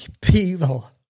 people